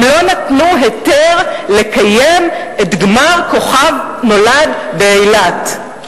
לא נתנו היתר לקיים את גמר "כוכב נולד" באילת.